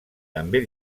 també